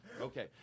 Okay